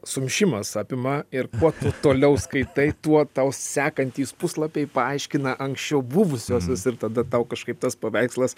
sumišimas apima ir kuo tu toliau skaitai tuo tau sekantys puslapiai paaiškina anksčiau buvusiuosius ir tada tau kažkaip tas paveikslas